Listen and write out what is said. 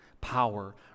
Power